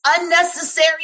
unnecessary